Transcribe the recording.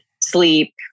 sleep